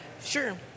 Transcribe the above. Sure